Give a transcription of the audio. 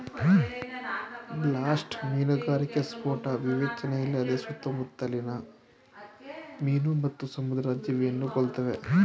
blast ಮೀನುಗಾರಿಕೆ ಸ್ಫೋಟ ವಿವೇಚನೆಯಿಲ್ಲದೆ ಸುತ್ತಮುತ್ಲಿನ ಮೀನು ಮತ್ತು ಸಮುದ್ರ ಜೀವಿಯನ್ನು ಕೊಲ್ತವೆ